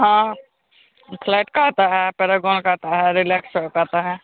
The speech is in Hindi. हाँ फ्लाइट का आता है पैरागोन का आता है रिलैक्सो का आता है